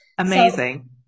Amazing